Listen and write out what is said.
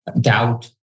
doubt